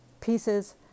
pieces